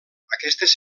aquestes